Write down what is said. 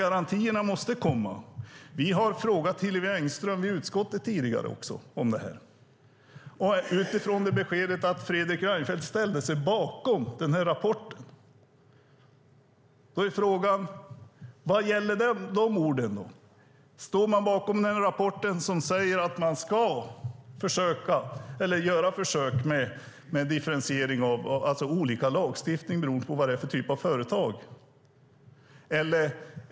Garantierna måste komma. I utskottet har vi frågat Hillevi Engström om det här tidigare. Fredrik Reinfeldt ställde sig bakom rapporten. Står man bakom den rapport som säger att man ska göra försök med olika lagstiftning beroende på vilken typ av företag det är?